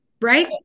right